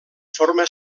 forma